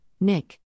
Nick